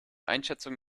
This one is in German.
einschätzung